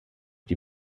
die